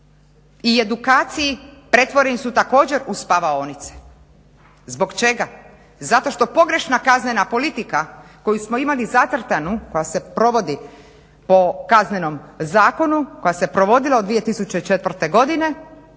i edukaciji pretvoreni su također u spavaonice. Zbog čega? Zato što pogrešna kaznena politika koju smo imali zacrtanu, koja se provodi po Kaznenom zakonu, koja se provodila od 2004. godine.